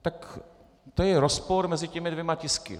Tak to je rozpor mezi těmi dvěma tisky.